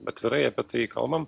atvirai apie tai kalbam